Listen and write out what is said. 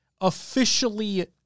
officially